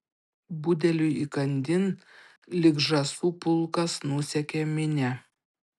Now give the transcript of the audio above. budeliui įkandin lyg žąsų pulkas nusekė minia